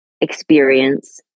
experience